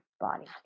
body